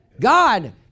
God